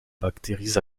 bactéries